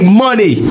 money